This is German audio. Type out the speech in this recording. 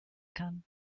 kann